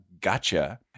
gotcha